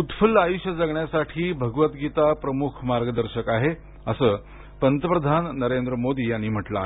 उत्फुल्ल आयुष्य जगण्यासाठी भगवद्वीता प्रमुख मार्गदर्शक आहे असं पंतप्रधान नरेंद्र मोदी यांनी म्हटलं आहे